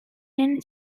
len